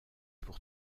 pour